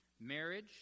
marriage